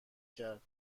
کردند